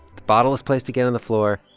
the bottle is placed again on the floor.